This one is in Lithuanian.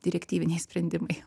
direktyviniai sprendimai